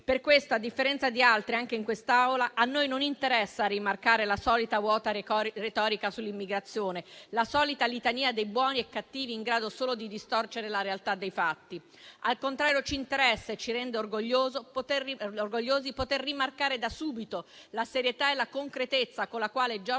Per questo a differenza di altri, anche in quest'Aula, a noi non interessa rimarcare la solita vuota retorica sull'immigrazione, la solita litania dei buoni e cattivi in grado solo di distorcere la realtà dei fatti. Al contrario, ci interessa e ci rende orgogliosi poter rimarcare da subito la serietà e la concretezza con la quale Giorgia